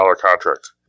contract